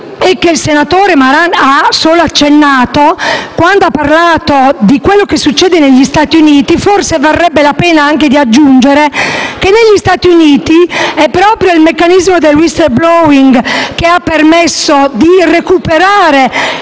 che il senatore Maran ha solo accennato quando ha parlato di ciò che accade negli Stati Uniti, forse varrebbe la pena di aggiungere che negli Stati Uniti è proprio il meccanismo del *whistleblowing* che ha permesso di recuperare